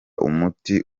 umuti